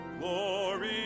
Glory